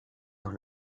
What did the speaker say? dans